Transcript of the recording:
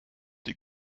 die